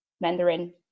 Mandarin